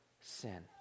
sin